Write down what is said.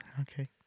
Okay